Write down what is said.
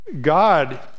God